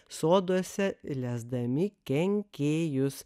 soduose lesdami kenkėjus